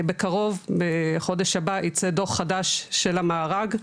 בקרוב בחודש הבא, ייצא דוח חדש של המארג,